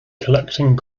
collecting